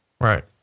Right